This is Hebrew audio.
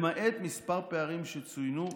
למעט כמה פערים שצוינו,